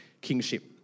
kingship